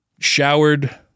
Showered